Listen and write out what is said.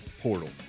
portal